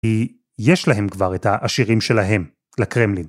כי יש להם כבר את העשירים שלהם, לקרמלין.